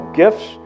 gifts